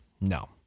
No